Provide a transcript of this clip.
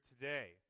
today